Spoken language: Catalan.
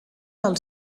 del